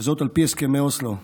על פי הסכמי אוסלו.